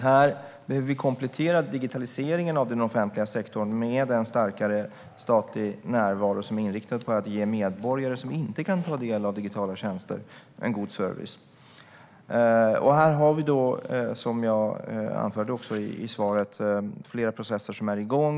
Vi behöver komplettera digitaliseringen av den offentliga sektorn med en starkare statlig närvaro som är inriktad på att ge medborgare som inte kan ta del av digitala tjänster en god service. Här har vi, som jag anförde i interpellationssvaret, flera processer som är igång.